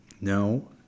No